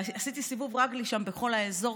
עשיתי סיבוב רגלי שם בכל האזור.